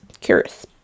Curious